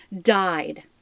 died